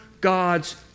God's